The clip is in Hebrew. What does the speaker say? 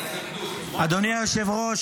אדוני היושב-ראש,